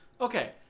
Okay